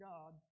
God